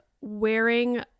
wearing